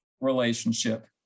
relationship